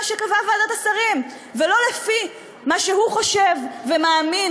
שקבעה ועדת השרים ולא לפי מה שהוא חושב ומאמין,